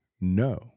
no